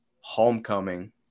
Homecoming